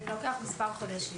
זה לוקח מספר חודשים.